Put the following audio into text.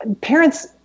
parents